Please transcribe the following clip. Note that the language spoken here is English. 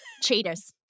Cheaters